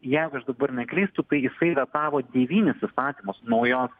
jeigu aš dabar neklystu kai jisai vetavo devynis įstatymus naujos